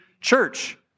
church